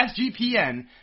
SGPN